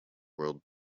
world